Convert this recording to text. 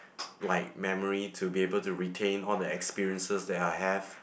like memory to be able to retain all the experiences that I have